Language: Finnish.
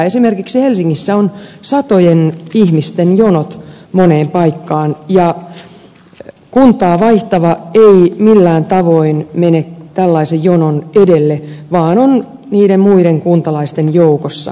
esimerkiksi helsingissä on satojen ihmisten jonot moneen paikkaan ja kuntaa vaihtava ei millään tavoin mene tällaisen jonon edelle vaan on niiden muiden kuntalaisten joukossa